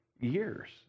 years